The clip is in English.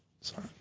Sorry